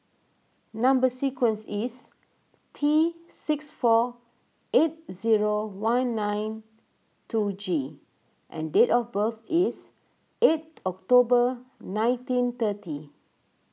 Number Sequence is T six four eight zero one nine two G and date of birth is eight October nineteen thirty